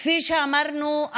כפי שאמרנו,